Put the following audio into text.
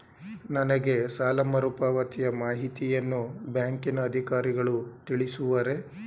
ನನಗೆ ಸಾಲ ಮರುಪಾವತಿಯ ಮಾಹಿತಿಯನ್ನು ಬ್ಯಾಂಕಿನ ಅಧಿಕಾರಿಗಳು ತಿಳಿಸುವರೇ?